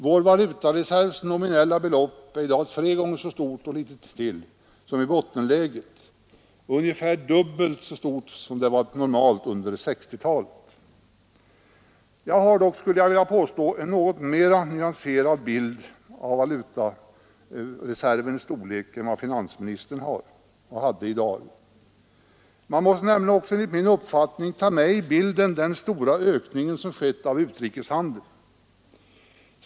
Vår valutareservs nominella belopp är i dag tre gånger så stort och litet till som i bottenläget och ungefär dubbelt så stort som det normala under 1960-talet. Jag har dock en något mer nyanserad bild av valutareservens storlek än vad finansministern har. Man måste nämligen enligt min uppfattning också ta med i bilden den stora ökning som skett av utrikeshandeln.